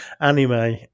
anime